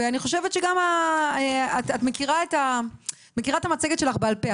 ואני חושבת, את מכירה את המצגת שלך בעל פה.